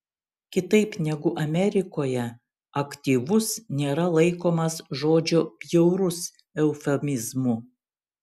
kitaip negu amerikoje aktyvus nėra laikomas žodžio bjaurus eufemizmu